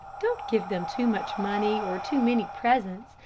don't give them too much money, or too many presents,